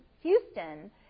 Houston